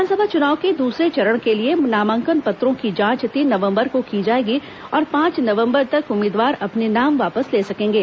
विधानसभा चुनाव के दूसरे चरण के लिए नामांकन पत्रों की जांच तीन नवंबर को की जाएगी और पांच नवंबर तक उम्मीदवार अपने नाम वापस ले सकेंगे